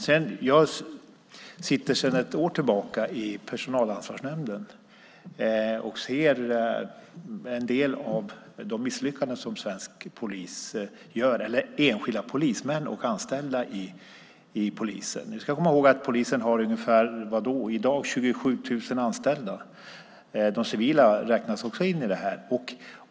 Sedan ett år sitter jag i Personalansvarsnämnden och ser en del av de misslyckanden som enskilda polismän och anställda inom polisen gör. Vi ska komma ihåg att polisen har ungefär 27 000 anställda i dag. De civila räknas också in i dem.